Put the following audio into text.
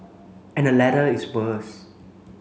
and the latter is worse